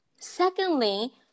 Secondly